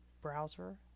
browser